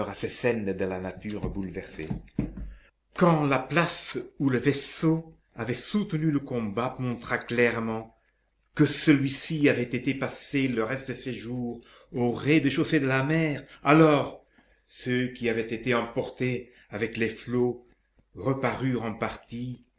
scènes de la nature bouleversée quand la place où le vaisseau avait soutenu le combat montra clairement que celui-ci avait été passer le reste de ses jours au rez-de-chaussée de la mer alors ceux qui avaient été emportés avec les flots reparurent en partie